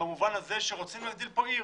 במובן הזה שרוצים להגדיל פה עיר,